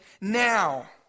now